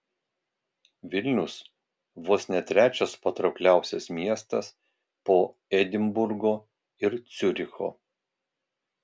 vilnius vos ne trečias patraukliausias miestas po edinburgo ir ciuricho